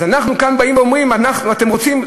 אנחנו כאן באים ואומרים: אתם רוצים?